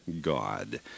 God